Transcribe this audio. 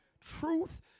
truth